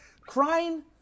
crying